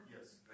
Yes